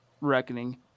reckoning